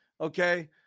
Okay